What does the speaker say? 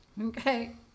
Okay